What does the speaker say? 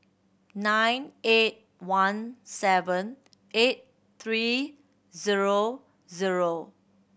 nine eight one seven eight three zero zero